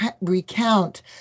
recount